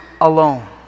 alone